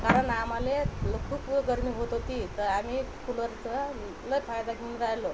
कारण आम्हाले ल खूप गर्मी होत होती तर आम्ही कूलरचं लई फायदा घेऊन राहिलो